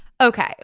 okay